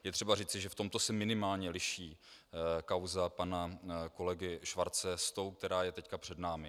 Je třeba říci, že v tomto se minimálně liší kauza pana kolegy Schwarze s tou, která je teď před námi.